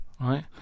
right